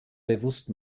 bewusst